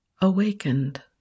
awakened